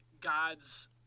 God's